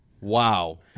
Wow